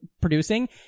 producing